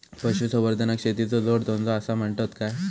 पशुसंवर्धनाक शेतीचो जोडधंदो आसा म्हणतत काय?